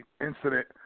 incident